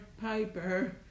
piper